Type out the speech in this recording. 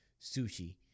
sushi